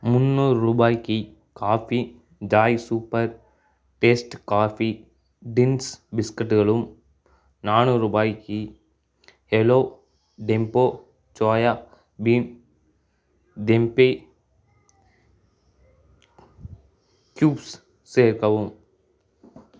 முன்னூறு ரூபாய்க்கி coffee joy super taste coffee thins பிஸ்கட்டுகளும் நானூறு ரூபாய்க்கி hello tempo soya bean tempeh cubes சேர்க்கவும்